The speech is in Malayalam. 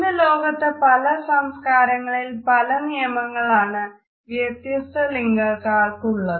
ഇന്ന് ലോകത്ത് പല സംസ്കാരങ്ങളിൽ പല നിയമങ്ങളാണ് വ്യത്യസ്ത ലിംഗക്കാർക്കുള്ളത്